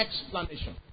explanation